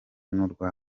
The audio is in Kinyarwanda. n’urwa